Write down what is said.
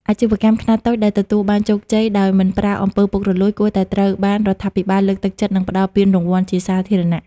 អាជីវកម្មខ្នាតតូចដែលទទួលបានជោគជ័យដោយមិនប្រើ អំពើពុករលួយ គួរតែត្រូវបានរដ្ឋាភិបាលលើកទឹកចិត្ត និងផ្ដល់ពានរង្វាន់ជាសាធារណៈ។